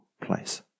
place